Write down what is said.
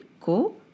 go